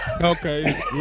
Okay